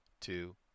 two